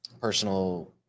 personal